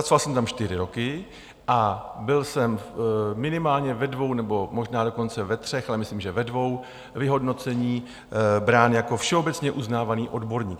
Pracoval jsem tam čtyři roky a byl jsem minimálně ve dvou, nebo možná dokonce ve třech, ale myslím, že ve dvou vyhodnoceních brán jako všeobecně uznávaný odborník.